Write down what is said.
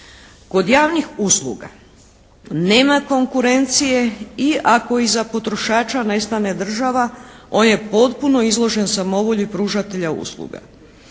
Kod javnih usluga nema konkurencije i ako iza potrošača ne stane država on je potpuno izložen samovolji pružatelja usluga.